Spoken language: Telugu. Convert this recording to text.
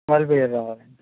వాళ్ళ పేరు రావాలండి